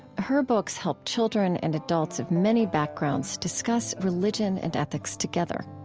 her books help children and adults of many backgrounds discuss religion and ethics together